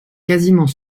quasiment